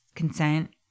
Consent